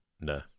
no